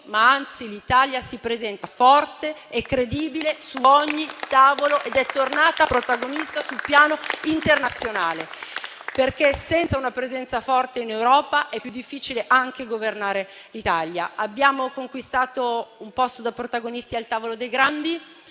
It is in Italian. ma anzi l'Italia si presenta forte e credibile su ogni tavolo ed è tornata protagonista sul piano internazionale, perché senza una presenza forte in Europa è più difficile anche governare l'Italia. Abbiamo conquistato un posto da protagonisti al tavolo dei grandi